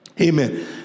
Amen